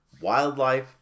wildlife